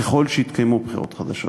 ככל שיתקיימו בחירות חדשות.